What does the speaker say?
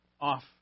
off